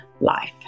life